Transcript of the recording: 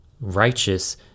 righteous